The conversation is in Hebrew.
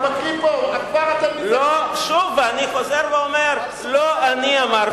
לוקחים פה, "שמאל" זו לא מילת